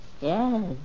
Yes